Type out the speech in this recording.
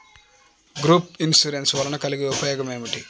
Group insurance వలన కలిగే ఉపయోగమేమిటీ?